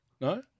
No